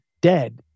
dead